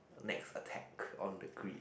next attack on the grid